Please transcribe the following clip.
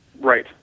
Right